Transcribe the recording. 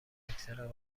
اکثر